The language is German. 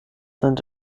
sind